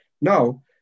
Now